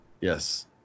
Yes